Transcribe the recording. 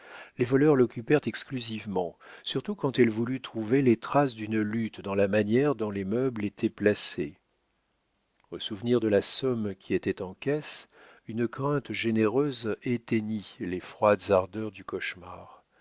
les voleurs l'occupèrent exclusivement surtout quand elle voulut trouver les traces d'une lutte dans la manière dont les meubles étaient placés au souvenir de la somme qui était en caisse une crainte généreuse éteignit les froides ardeurs du cauchemar